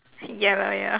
ya lah ya